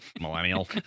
Millennial